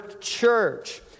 church